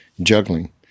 juggling